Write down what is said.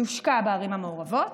יושקע בערים המעורבות.